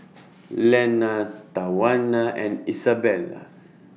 Lenna Tawana and Isabela